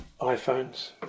iPhones